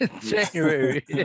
January